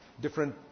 different